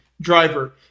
driver